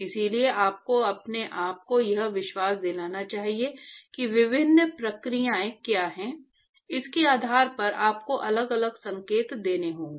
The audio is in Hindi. इसलिए आपको अपने आप को यह विश्वास दिलाना चाहिए कि विभिन्न प्रक्रियाएं क्या हैं इसके आधार पर आपको अलग अलग संकेत देने होंगे